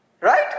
Right